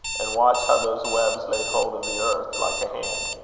and watch how those webs laid hold of the earth like a hand.